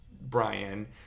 Brian